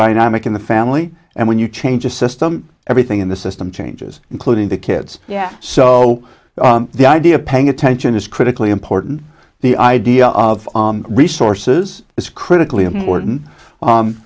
dynamic in the family and when you change a system everything in the system changes including the kids yeah so the idea of paying attention is critically important the idea of resources is critically import